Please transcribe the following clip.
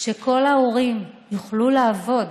שכל ההורים יוכלו לעבוד